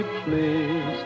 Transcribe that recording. please